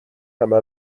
همه